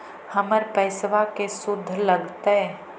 हमर पैसाबा के शुद्ध लगतै?